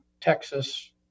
Texas